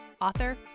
author